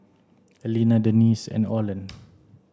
Elena Denisse and Oland